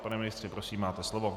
Pane ministře, prosím, máte slovo.